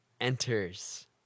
enters